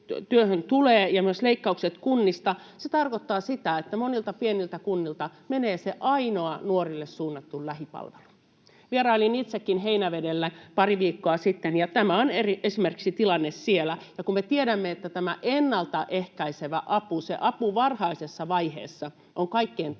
ja myös leikkaukset kunnista tarkoittavat sitä, että monilta pieniltä kunnilta menee se ainoa nuorille suunnattu lähipalvelu. Vierailin itsekin Heinävedellä pari viikkoa sitten, ja tämä on tilanne esimerkiksi siellä. Ja me tiedämme, että tämä ennalta ehkäisevä apu — se apu varhaisessa vaiheessa — on kaikkein tärkeintä,